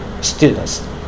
students